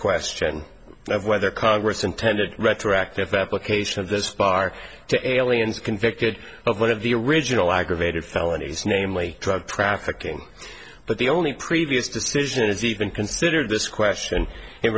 question of whether congress intended retroactive application of this bar to aliens convicted of one of the original aggravated felonies namely drug trafficking but the only previous decision is even considered this question in